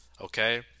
okay